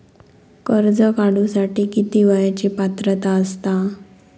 कर्ज काढूसाठी किती वयाची पात्रता असता?